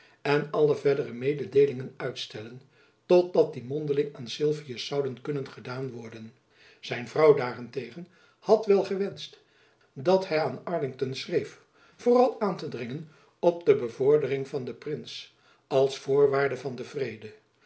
en alle verdere mededeelingen uitstellen tot dat die mondeling aan sylvius zouden kunnen gedaan worden zijn vrouw daarentegen had wel gewenscht dat hy aan arlington schreef vooral aan te dringen op de bevordering van den prins als voorwaarde van den vrede